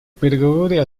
переговоры